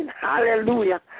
Hallelujah